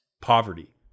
poverty